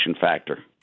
factor